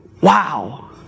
Wow